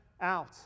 out